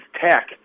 Tech